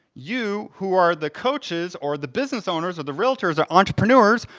you, who are the coaches, or the business owners, or the realtors or entrepreneurs,